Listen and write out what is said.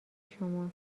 شماست